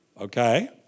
Okay